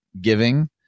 giving